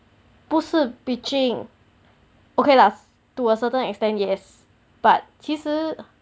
不是 pitching okay lah to a certain extent yes but 其实